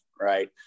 right